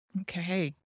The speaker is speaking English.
Okay